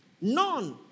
None